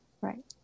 Right